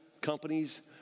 companies